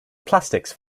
plastics